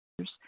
others